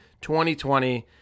2020